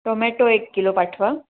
tomato एक kilo पाठवा